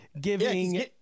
giving –